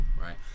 right